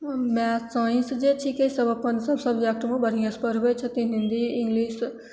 math science जे छीकै सब अपन सब सबजेक्टमे बढ़ियेंसँ पढ़बय छथिन हिन्दी इंग्लिश